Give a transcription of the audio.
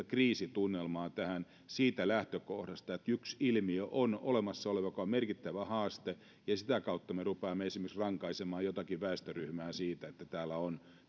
kriisitunnelmaa tähän siitä lähtökohdasta että yksi ilmiö on olemassa oleva mikä on merkittävä haaste ja sitä kautta me rupeamme esimerkiksi rankaisemaan jotakin väestöryhmää siitä että täällä on